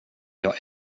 jag